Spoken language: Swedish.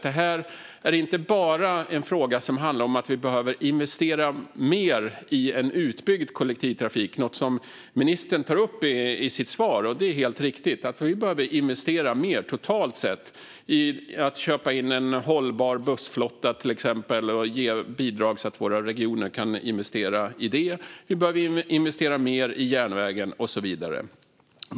Detta är inte bara en fråga om att vi behöver investera mer i utbyggd kollektivtrafik, något som ministern tar upp i sitt svar. Det är helt riktigt att vi behöver investera mer, totalt sett, i att till exempel köpa in en hållbar bussflotta eller att ge bidrag så att våra regioner kan investera i det, liksom att vi behöver investera mer i järnvägen och så vidare.